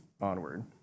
onward